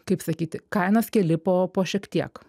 kaip sakyti kainas keli po po šiek tiek